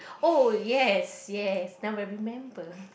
oh yes yes now I remember